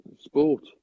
sport